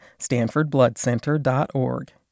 StanfordBloodCenter.org